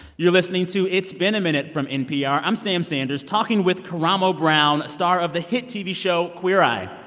you're listening to it's been a minute from npr. i'm sam sanders talking with karamo brown, star of the hit tv show queer eye.